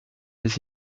des